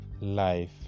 life